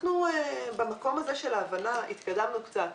במקום הזה של ההבנה התקדמנו קצת,